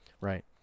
Right